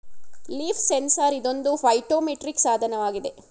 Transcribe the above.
leaf sensor ಇದೊಂದು phytometric ಸಾಧನವಾಗಿದೆ